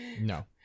No